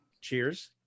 Cheers